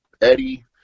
Eddie